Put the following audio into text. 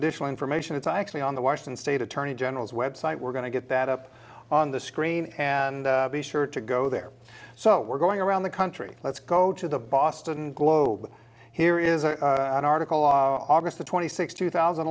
additional information it's actually on the washington state attorney general's website we're going to get that up on the screen and be sure to go there so we're going around the country let's go to the boston globe here is an article on august twenty sixth two thousand